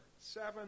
seven